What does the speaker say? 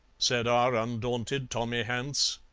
said our undaunted tommy hance.